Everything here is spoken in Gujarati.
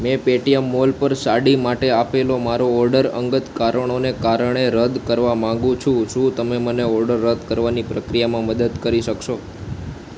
મેં પેટીએમ મોલ પર સાડી માટે આપેલો મારો ઓર્ડર અંગત કારણોને કારણે રદ કરવા માંગુ છું શું તમે મને ઓર્ડર રદ કરવાની પ્રક્રિયામાં મદદ કરી શકશો